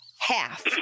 Half